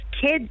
kids